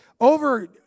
over